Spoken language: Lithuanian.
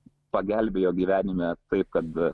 pagelbėjo gyvenime taip kad